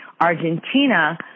Argentina